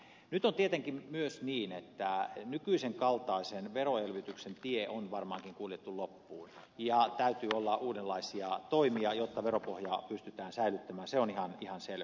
nyt on tietenkin myös niin että nykyisen kaltaisen veroelvytyksen tie on varmaankin kuljettu loppuun ja täytyy olla uudenlaisia toimia jotta veropohjaa pystytään säilyttämään se on ihan selvä